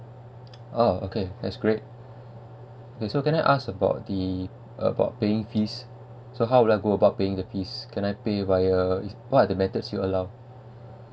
ah okay that's great yes so can I ask about the about paying fees so how do I go about paying the fee can I pay via what are the methods you allow